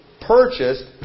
purchased